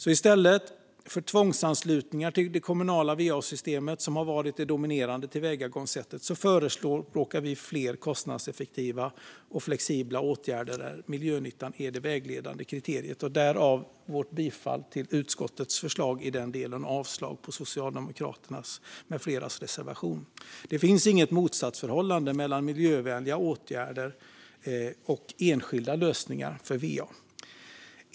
I stället för tvångsanslutningar till det kommunala va-systemet, som har varit det dominerande tillvägagångssättet, förespråkar vi fler kostnadseffektiva och flexibla åtgärder där miljönyttan är det vägledande kriteriet - därav vårt bifall till utskottets förslag i den delen och vårt avslag på reservationerna från Socialdemokraterna med flera. Det finns inget motsatsförhållande mellan miljövänliga åtgärder och enskilda lösningar för va.